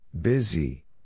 Busy